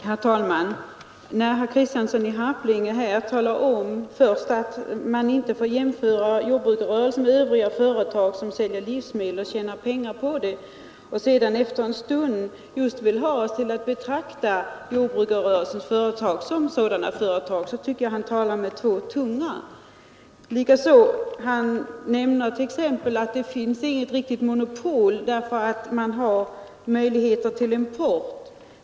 Herr talman! När herr Kristiansson i Harplinge först säger att man inte får jämföra jordbrukskooperationen med övriga företag som säljer livsmedel och tjänar pengar på det och efter en stund vill ha oss att betrakta jordbrukarrörelsens företag som sådana företag tycker jag att han talar med två tungor. Vidare säger han att det inte finns något riktigt monopol, eftersom vi har möjligheter till import.